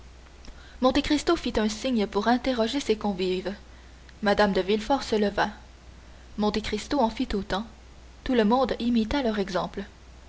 spectacle monte cristo fit un signe pour interroger ses convives mme de villefort se leva monte cristo en fit autant tout le monde imita leur exemple